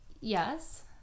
Yes